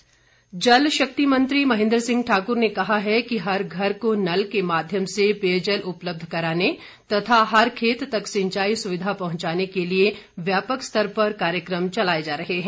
महेन्द्र सिंह जलशक्ति मंत्री महेन्द्र सिंह ठाकूर ने कहा है कि हर घर को नल के माध्यम से पेयजल उपलब्ध कराने तथा हर खेत तक सिंचाई सुविधा पहुंचाने के लिए व्यापक स्तर पर कार्यक्रम चलाए जा रहे हैं